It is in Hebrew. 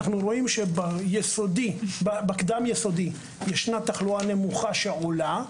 אנחנו רואים שבקדם יסודי ישנה תחלואה נמוכה שעולה,